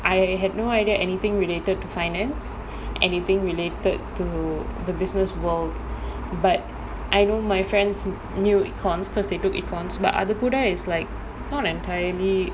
I had no idea anything related to finance anything related to the business world but I know my friends knew economics because they took economics but அது கூட:athu kooda is like not entirely